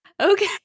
Okay